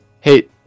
hey